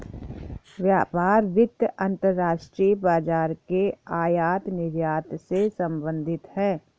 व्यापार वित्त अंतर्राष्ट्रीय बाजार के आयात निर्यात से संबधित है